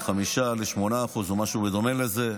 מ-5% ל-8% או משהו בדומה לזה.